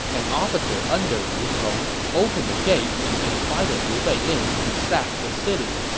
an officer under liu cong, opened the gates and invited liu bei in to sack the city,